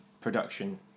production